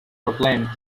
proclaimed